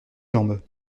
jambes